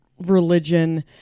religion